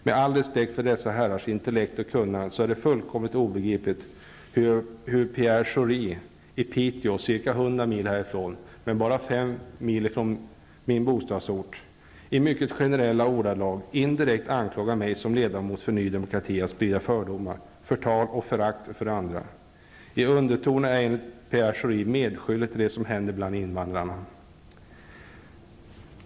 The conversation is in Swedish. Med all respekt för dessa herrars intellekt och kunnande finner jag det fullkomligt obegripligt att Pierre Schori i Piteå, ca 100 mil härifrån men bara 5 mil från min bostadsort, i mycket generella ordalag indirekt anklagar de mig som ledamot för Ny Demokrati för att sprida fördomar, förtal och förakt för andra. I undertoner är jag enligt Pierre Schori medskyldig till det som händer bland invandrarna.